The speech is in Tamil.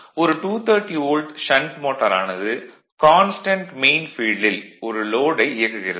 ஒரு 230 வோல்ட் ஷண்ட் மோட்டார் ஆனது கான்ஸ்டன்ட் மெயின் ஃபீல்டில் ஒரு லோடை இயக்குகிறது